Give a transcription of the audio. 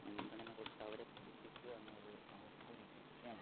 മുൻഗണന കൊടുത്ത് അവരെ പഠിപ്പിക്കുക എന്നത് അവർക്കൊരു ലക്ഷ്യമാണ്